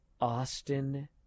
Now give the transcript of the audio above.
Austin